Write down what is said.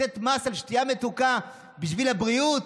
לתת מס על שתייה מתוקה בשביל הבריאות,